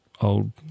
old